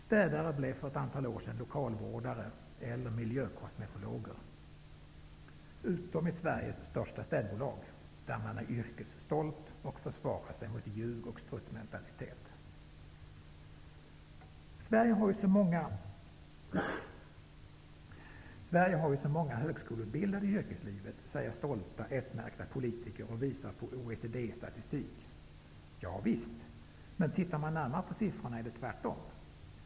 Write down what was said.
Städare blev för ett antal år sedan lokalvårdare eller miljökosmetologer -- utom i Sveriges största städbolag, där man är yrkesstolt och försvarar sig mot ljug och strutsmentalitet. Sverige har ju så många högskoleutbildade i yrkeslivet, säger stolta s-märkta politiker och visar på OECD-statistik. Javisst, men tittar man närmare på siffrorna är det tvärtom.